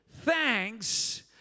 thanks